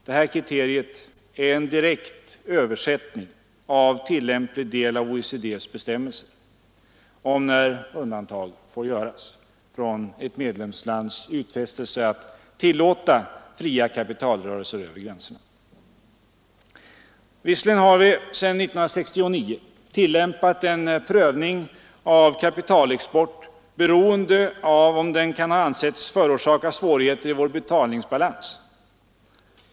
Det här kriteriet är en direkt översättning av tillämplig del av OECD:s bestämmelser om när undantag får göras från ett medlemslands utfästelse att tillåta fria kapitalrörelser över gränserna. Visserligen har vi sedan 1969 tillämpat en prövning av kapitalexport beroende av om den kan ha ansetts förorsaka svårigheter i vår betalningsbalans.